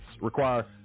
require